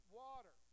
water